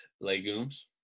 legumes